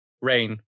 Rain